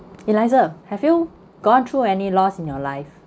eliza have you gone through any loss in your life